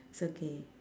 it's okay